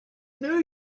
new